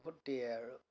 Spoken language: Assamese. বহুত দিয়ে আৰু